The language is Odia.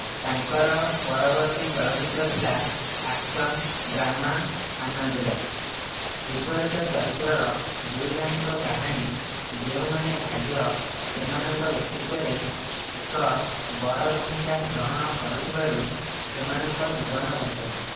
ତାଙ୍କର ପରବର୍ତ୍ତୀ ଚଳଚ୍ଚିତ୍ର ଥିଲା ଆକ୍ସନ୍ ଡ୍ରାମା ଆନ୍ନାଦୁରାଇ ବିପରୀତ ଚରିତ୍ରର ଦୁଇ ଭାଇଙ୍କ କାହାଣୀ ଯେଉଁମାନେ ଭାଗ୍ୟ ସେମାନଙ୍କ ବ୍ୟକ୍ତିତ୍ୱରେ ଏକ ବଡ଼ ଭୂମିକା ଗ୍ରହଣ କରୁଥିବାରୁ ସେମାନଙ୍କ ଜୀବନ ବଞ୍ଚନ୍ତି